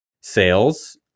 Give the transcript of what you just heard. sales